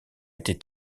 était